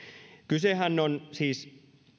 kysehän on siis